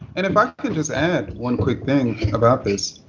and if i can just add one quick thing about this.